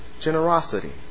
generosity